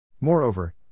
Moreover